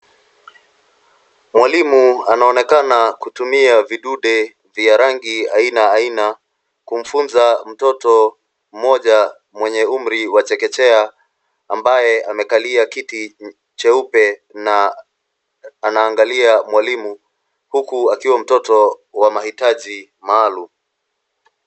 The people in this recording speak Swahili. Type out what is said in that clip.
Mwalimu anaonekana kutumia vidude vya rangi aina aina kumfunza mtoto moja mwenye umri wa chekechea ambaye amekalia kiti cheupe na anaangalia mwalimu huku akiwa mtoto wa mahitaji maalum.